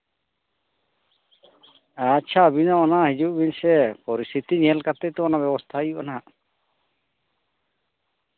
ᱟᱪᱪᱷᱟ ᱟᱹᱵᱤᱱ ᱫᱚ ᱚᱱᱟ ᱦᱤᱡᱩᱜ ᱵᱤᱱ ᱥᱮ ᱯᱚᱨᱤᱥᱛᱷᱤᱛᱤ ᱧᱮᱞ ᱠᱟᱛᱮ ᱛᱚ ᱚᱱᱟ ᱵᱮᱵᱚᱥᱛᱷᱟᱭ ᱦᱩᱭᱩᱜᱼᱟ ᱱᱟᱜ